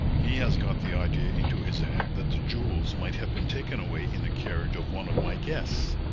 he has got the idea into his head that the jewels might have been taken away in the carriage of one of my guests.